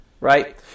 right